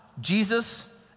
Jesus